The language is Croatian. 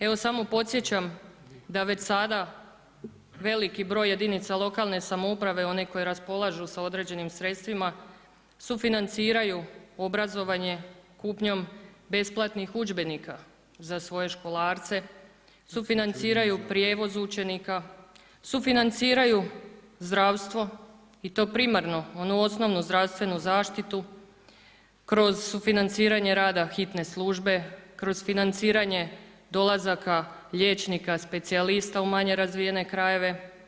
Evo samo podsjećam da već sada veliki broj jedinica lokalne samouprave, one koje raspolažu sa određenim sredstvima, sufinanciraju obrazovanje kupnjom besplatnih udžbenika za svoje školarce, sufinanciraju prijevoz učenika, sufinanciraju zdravstvo i to primarno, onu osnovnu zdravstvenu zaštitu kroz sufinanciranje rada Hitne službe, kroz financiranje dolazaka liječnika specijalista u manje razvijene krajeve.